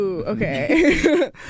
Okay